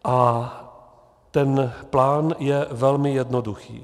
A ten plán je velmi jednoduchý.